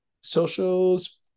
Socials